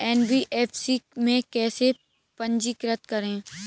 NBFC में कैसे पंजीकृत करें?